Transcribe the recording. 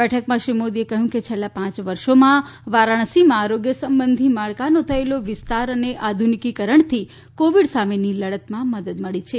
બેઠકમાં શ્રી મોદીએ કહ્યું કે છેલ્લા પાંચ છ વર્ષોમાં વારાણસીમાં આરોગ્ય સંબંધી માળખાનો થયેલો વિસ્તાર અને આધુનિકીકરણથી કોવિડ સામેની લડતમાં મદદ મળી છે